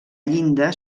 llinda